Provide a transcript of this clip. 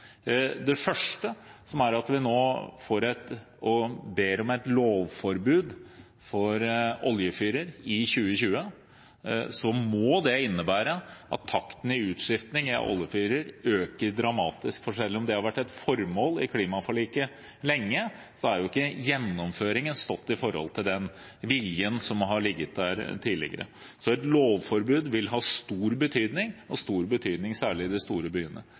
Det første forslaget til vedtak er at vi ber om et lovforbud mot oljefyrer i 2020, og det må innebære at takten i utskiftningen av oljefyrer øker dramatisk. Selv om det har vært et formål i klimaforliket lenge, har ikke gjennomføringsevnen stått i forhold til den viljen som har ligget der tidligere. Så et lovforbud vil ha stor betydning – og stor betydning særlig i de store byene.